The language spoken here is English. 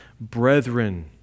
brethren